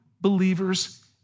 believers